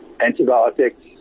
antibiotics